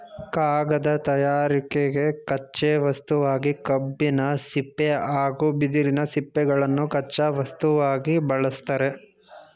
ಕಾಗದ ತಯಾರಿಕೆಗೆ ಕಚ್ಚೆ ವಸ್ತುವಾಗಿ ಕಬ್ಬಿನ ಸಿಪ್ಪೆ ಹಾಗೂ ಬಿದಿರಿನ ಸಿಪ್ಪೆಗಳನ್ನು ಕಚ್ಚಾ ವಸ್ತುವಾಗಿ ಬಳ್ಸತ್ತರೆ